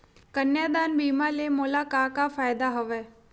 कन्यादान बीमा ले मोला का का फ़ायदा हवय?